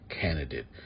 candidate